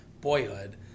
Boyhood